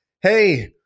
Hey